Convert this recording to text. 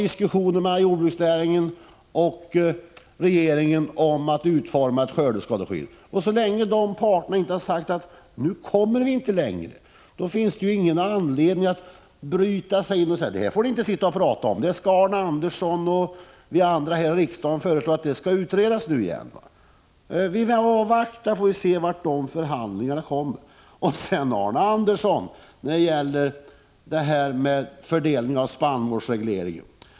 Regeringen och jordbruksnäringen diskuterar hur ett skördeskadeskydd skall utformas. Så länge parterna inte har sagt att de inte kommer längre, finns det ingen anledning att bryta sig in och säga: Det här får ni inte sitta och prata om, utan det är någonting som Arne Andersson och vi andra här i riksdagen vill utreda nu igen! Låt oss avvakta och se vad man kommer fram till i förhandlingarna.